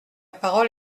parole